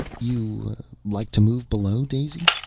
you like to move below, daisy?